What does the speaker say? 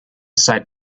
sight